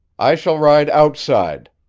i shall ride outside,